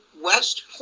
west